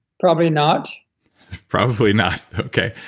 probably not probably not, okay.